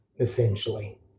essentially